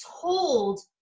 told